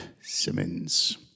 Simmons